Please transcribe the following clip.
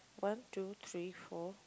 one two three four